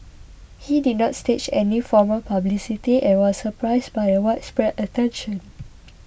he did not stage any formal publicity and was surprised by the widespread attention